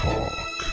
Talk